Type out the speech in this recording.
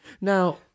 Now